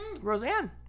Roseanne